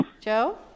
Joe